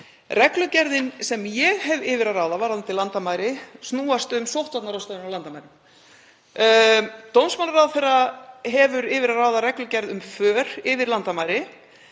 Reglugerðin sem ég hef yfir að ráða varðandi landamærin snýst um sóttvarnaráðstafanir á landamærum. Dómsmálaráðherra hefur yfir að ráða reglugerð um för yfir landamæri